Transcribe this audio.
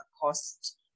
cost